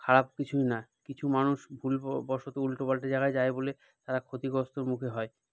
খারাপ কিছুই না কিছু মানুষ ভুলবশত উলটোপালটা জায়গায় যায় বলে তারা ক্ষতিগ্রস্তর মুখে হয়